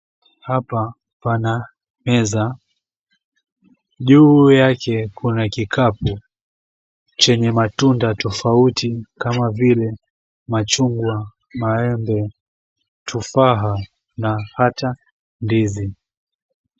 Hapa pana meza. Juu yake kuna kikapu chenye matunda tofauti kama vile machungwa, maembe, tufaha na hata ndizi.